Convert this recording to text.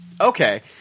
Okay